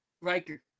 Riker